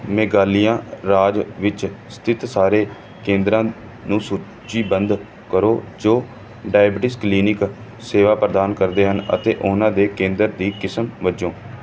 ਮੇਘਾਲਿਆ ਰਾਜ ਵਿੱਚ ਸਥਿਤ ਸਾਰੇ ਕੇਂਦਰਾਂ ਨੂੰ ਸੂਚੀਬੱਧ ਕਰੋ ਜੋ ਡਾਇਬੀਟੀਜ਼ ਕਲੀਨਿਕ ਸੇਵਾ ਪ੍ਰਦਾਨ ਕਰਦੇ ਹਨ ਅਤੇ ਉਹਨਾਂ ਦੇ ਕੇਂਦਰ ਦੀ ਕਿਸਮ ਵਜੋਂ ਹਨ